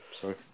Sorry